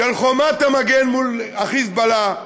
של חומת המגן מול ה"חיזבאללה",